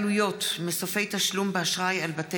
בנושא: ביטול מבצע גביית החובות של מד"א שחלה עליהם התיישנות,